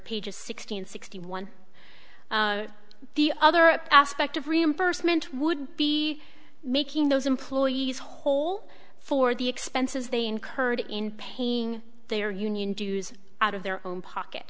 pages sixteen sixty one the other aspect of reimbursement would be making those employees whole for the expenses they incurred in paying their union dues out of their own pocket